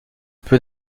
peu